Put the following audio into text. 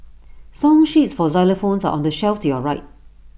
song sheets for xylophones are on the shelf to your right